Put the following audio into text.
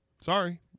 sorry